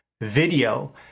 video